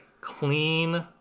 clean